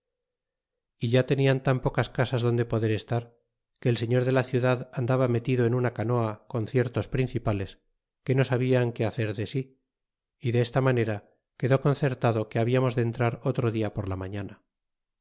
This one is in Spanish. ya tenian tan pocas casas donde poder estar que el señor de la ciudad andaba metido en una canoa con ciertos priecipales que no sabian que hacer de si y de esta manera quedó concertado que hablamos de entrar otro dia por la mañana